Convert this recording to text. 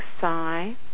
sigh